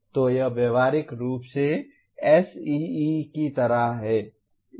तो यह व्यावहारिक रूप से SEE की तरह है